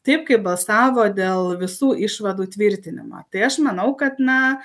taip kaip balsavo dėl visų išvadų tvirtinimą tai aš manau kad na